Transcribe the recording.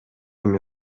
эми